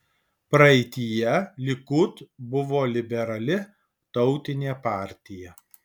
praeityje likud buvo liberali tautinė partija